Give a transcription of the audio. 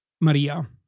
Maria